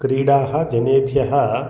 क्रीडाः जनेभ्यः